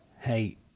hey